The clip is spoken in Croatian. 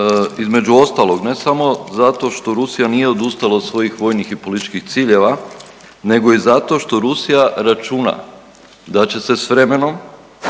između ostalog ne samo zato što Rusija nije odustala od svojih vojnih i političkih ciljeva, nego i zato što Rusija računa da će se s vremenom